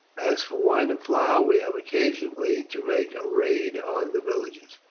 as for wine and flour, we have occasionally to make a raid on the villages.